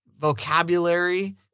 vocabulary